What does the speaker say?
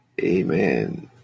amen